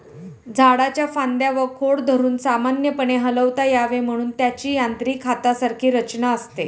झाडाच्या फांद्या व खोड धरून सामान्यपणे हलवता यावे म्हणून त्याची यांत्रिक हातासारखी रचना असते